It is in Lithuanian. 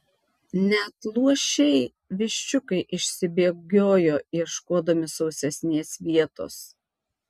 net luošiai viščiukai išsibėgiojo ieškodami sausesnės vietos